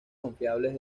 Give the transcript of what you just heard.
confiables